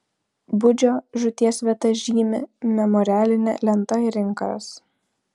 budžio žūties vietą žymi memorialinė lenta ir inkaras